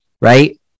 right